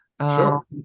Sure